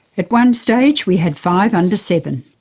at one stage, we had five under seven.